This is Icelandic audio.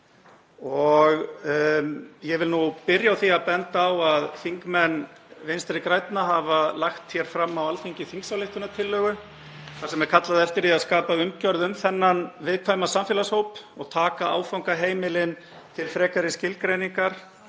Ég vil byrja á því að benda á að þingmenn Vinstri grænna hafa lagt fram á Alþingi þingsályktunartillögu þar sem kallað er eftir því að skapa umgjörð um þennan viðkvæma samfélagshóp og taka áfangaheimilin til frekari skilgreiningar,